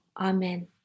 Amen